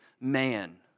man